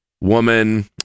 woman